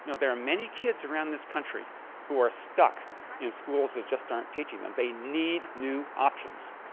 you know there are many kids around this country who are stuck in schools that just aren't teaching them. they need new options.